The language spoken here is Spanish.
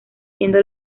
siendo